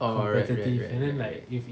oh right right right right right